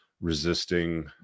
resisting